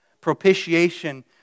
Propitiation